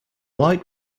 light